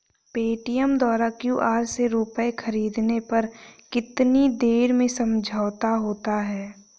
Paytm द्वारा QR से रूपए ख़रीदने पर कितनी देर में समझौता होता है?